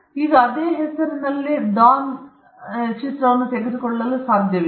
ಈಗ ಅವರು ಅದೇ ಹೆಸರಿನಲ್ಲಿ ಡಾನ್ನನ್ನು ತೆಗೆದುಕೊಳ್ಳಲು ಸಾಧ್ಯವಿಲ್ಲ